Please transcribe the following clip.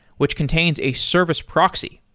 which contains a service proxy.